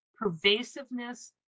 pervasiveness